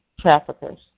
traffickers